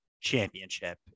championship